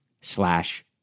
slash